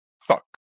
fuck